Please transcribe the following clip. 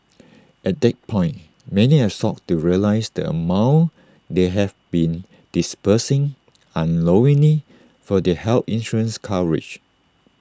at that point many are shocked to realise the amount they have been disbursing unknowingly for their health insurance coverage